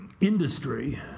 industry